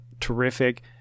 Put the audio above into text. terrific